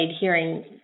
hearing